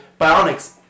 Bionics